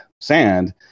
sand